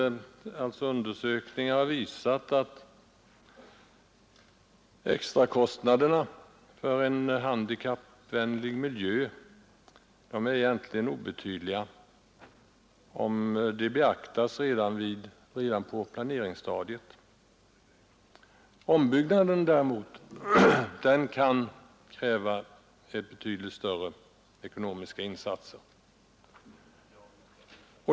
Undersökningar har visat att extrakostnaderna för en handikappvänlig miljö är obetydliga om de handikappades önskemål beaktas redan på planeringsstadiet. En ombyggnad kan däremot kräva betydligt större ekonomiska insatser.